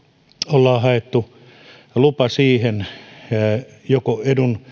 on haettu lupa siihen joko